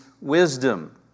wisdom